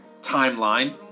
timeline